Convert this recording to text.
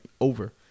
over